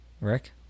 Rick